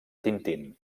tintín